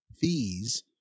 fees